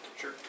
Sure